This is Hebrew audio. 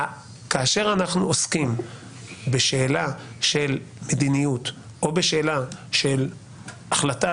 כאשר אנחנו עוסקים בשאלה של מדיניות או בשאלה של החלטה